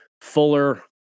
Fuller